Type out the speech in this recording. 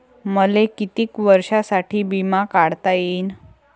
मले कितीक वर्षासाठी बिमा काढता येईन?